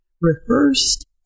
reversed